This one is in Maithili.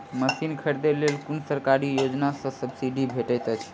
मशीन खरीदे लेल कुन सरकारी योजना सऽ सब्सिडी भेटैत अछि?